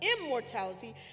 immortality